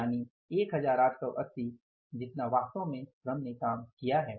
यानी 1880 जितना वास्तव में श्रम ने काम किया है